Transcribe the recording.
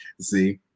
see